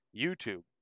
youtube